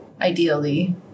ideally